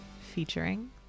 featuring